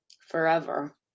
forever